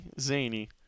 zany